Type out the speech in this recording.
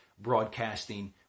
broadcasting